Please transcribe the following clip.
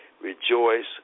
Rejoice